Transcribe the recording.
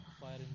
fire